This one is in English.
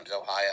Ohio